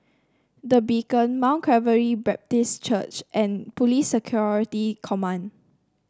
The Beacon Mount Calvary Baptist Church and Police Security Command